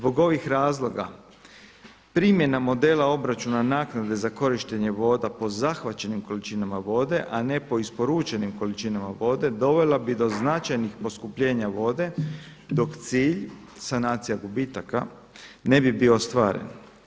Zbog ovih razloga primjena modela obračuna naknade za korištenje voda po zahvaćenim količinama vode, a ne po isporučenim količinama vode, dovela bi do značajnih poskupljenja vode, dok cilj sanacija gubitaka ne bi bio ostvaren.